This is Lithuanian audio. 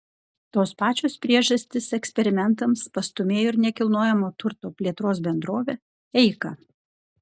tos pačios priežastys eksperimentams pastūmėjo ir nekilnojamojo turto plėtros bendrovę eika